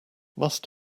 must